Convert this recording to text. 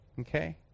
Okay